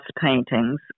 paintings